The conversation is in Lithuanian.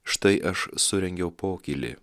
štai aš surengiau pokylį